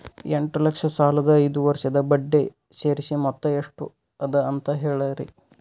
ಎಂಟ ಲಕ್ಷ ಸಾಲದ ಐದು ವರ್ಷದ ಬಡ್ಡಿ ಸೇರಿಸಿ ಮೊತ್ತ ಎಷ್ಟ ಅದ ಅಂತ ಹೇಳರಿ?